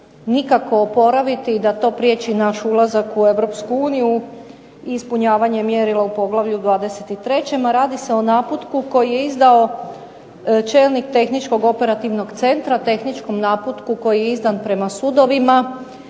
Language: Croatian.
nikako oporaviti i da to priječi naš ulazak u Europsku uniju i ispunjavanje mjerila u poglavlju 23., a radi se o naputku koji je izdao čelnik tehničkog operativnog centra, tehničkom naputku koji je izdan prema sudovima,